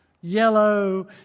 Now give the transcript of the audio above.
yellow